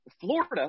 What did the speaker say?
Florida